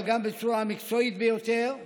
אבל גם בצורה המקצועית ביותר,